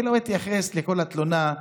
אני לא מתייחס לכל התלונה,